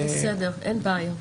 בסדר, אין בעיה.